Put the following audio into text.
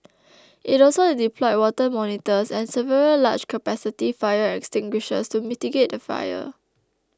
it also deployed water monitors and several large capacity fire extinguishers to mitigate the fire